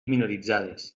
minoritzades